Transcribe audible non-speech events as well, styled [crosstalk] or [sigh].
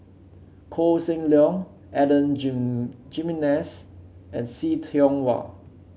Koh Seng Leong Adan [unintelligible] Jimenez and See Tiong Wah